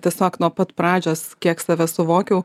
tiesiog nuo pat pradžios kiek save suvokiau